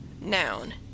Noun